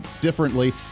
differently